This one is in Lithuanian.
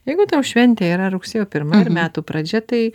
jeigu tau šventė yra rugsėjo pirma ir metų pradžia tai